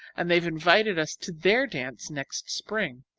and they've invited us to their dance next spring.